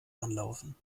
anlaufen